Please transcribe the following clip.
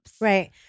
Right